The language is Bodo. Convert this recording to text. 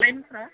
लाइन फोरा